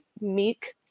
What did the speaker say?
meek